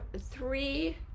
three